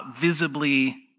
visibly